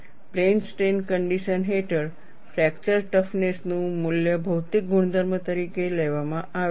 plane strain condition હેઠળ fracture toughness નું મૂલ્ય ભૌતિક ગુણધર્મ તરીકે લેવામાં આવે છે